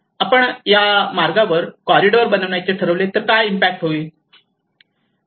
आपण या मार्गावर कॉरीडॉर बनवण्याचे ठरविले तर काय इम्पॅक्ट होईल